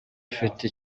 afite